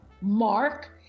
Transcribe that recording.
mark